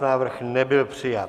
Návrh nebyl přijat.